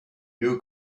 new